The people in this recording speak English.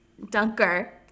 dunker